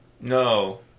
No